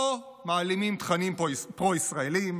פה מעלימים תכנים פרו-ישראליים,